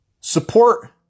support